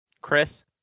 Chris